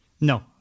No